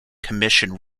commission